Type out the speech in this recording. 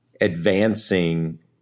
advancing